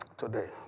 today